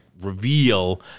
reveal